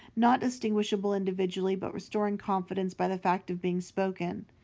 not distinguishable individually but restoring confidence by the fact of being spoken.